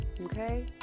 okay